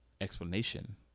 Explanation